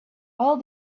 all